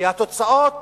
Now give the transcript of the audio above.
כי התוצאות